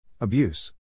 abuse